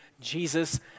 Jesus